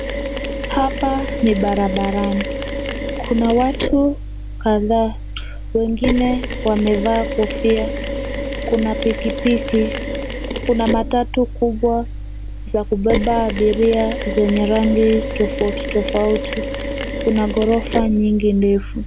Hapa ni barabarani. Kuna watu kadhaa, wengine wamevaa kofia. Kuna pikipiki, kuna matatu kubwa za kubeba abiria zenye rangi tofauti tofauti. Kuna ghorofa nyingi ndefu.